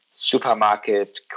Supermarket